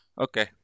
okay